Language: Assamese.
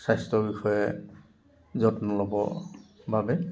স্বাস্থ্যৰ বিষয়ে যত্ন ল'বৰ বাবে